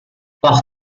par